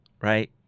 right